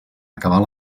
acabar